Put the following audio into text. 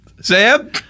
Sam